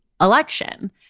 election